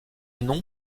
nom